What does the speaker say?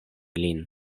lin